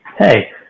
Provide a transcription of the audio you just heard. Hey